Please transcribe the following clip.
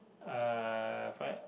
uh find